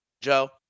Joe